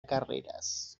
carreras